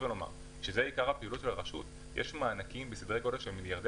יש מענקים בסדרי גודל של מיליארדי